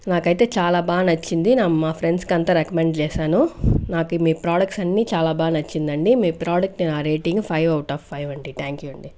నాకైతే చాలా బాగా నచ్చింది నా మా ఫ్రెండ్స్కి అంత రెకమెండ్ చేశాను నాకు మీ ప్రోడక్ట్స్ అన్ని చాలా బాగా నచ్చిందండి మీ ప్రోడక్ట్ నా rating five out of five అండి థ్యాంక్ యూ అండి